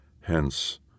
Hence